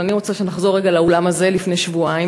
אבל אני רוצה שנחזור רגע לאולם הזה לפני שבועיים.